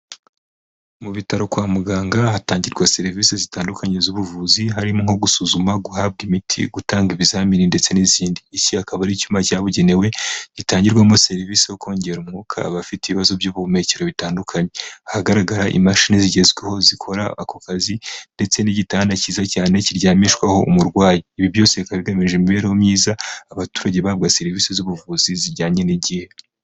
Mu Bitaro kwa muganga hatangirwa serivisi zitandukanye z'ubuvuzi harimo nko gusuzuma, guhabwa imiti, gutanga ibizamini, ndetse n'izindi. Iki akaba ari icyuma cyabugenewe gitangirwamo serivisi zo kongerera umwuka abafite ibibazo by'ubuhumekero bitandukanye. Hagaragara imashini zigezweho zikora ako kazi, ndetse n'igitanda cyiza cyane kiryamishwaho umurwayi. Ibi byose bikaba bigamije imibereho myiza, abaturage bahabwa serivisi z'ubuvuzi zijyanye n'igihe.